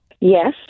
Yes